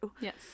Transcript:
Yes